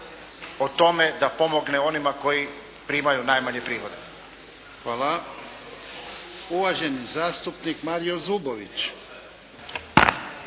o tome da pomogne onima koji primaju najmanje prihode. **Jarnjak, Ivan (HDZ)** Hvala. Uvaženi zastupnik Mario Zubović.